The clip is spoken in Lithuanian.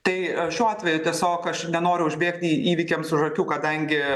tai šiuo atveju tiesiog aš nenoriu užbėgti įvykiams už akių kadangi